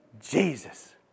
Jesus